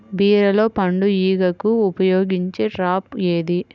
బీరలో పండు ఈగకు ఉపయోగించే ట్రాప్ ఏది?